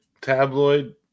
Tabloid